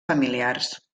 familiars